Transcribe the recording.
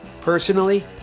Personally